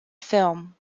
film